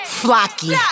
flocky